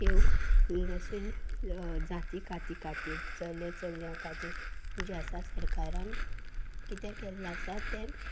त्यो जशें जाती काती खातीर चले चलया खातीर जे आसा सरकारान कितें केल्लें आसा तें